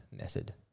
method